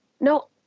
no